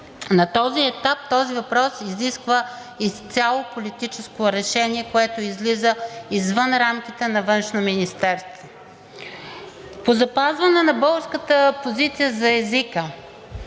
На този етап този въпрос изисква изцяло политическо решение, което излиза извън рамките на Външно министерство. По запазване на българската позиция за езика.